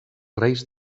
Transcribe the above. reis